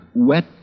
Wet